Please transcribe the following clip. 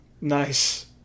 nice